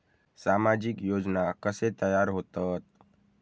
सामाजिक योजना कसे तयार होतत?